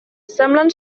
semblen